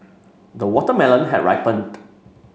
the watermelon had ripened